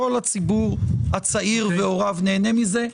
כל הציבור הצעיר והוריו נהנה מזה.